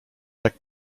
tak